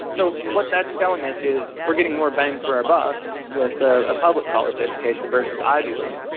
so what that's telling us is we're getting more bang for our buck with a ah public college education versus ivy league.